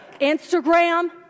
Instagram